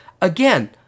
Again